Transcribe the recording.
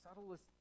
subtlest